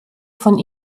von